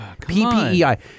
PPEI